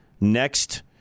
next